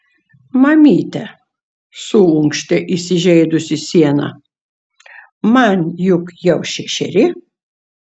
mamyte suunkštė įsižeidusi siena man juk jau šešeri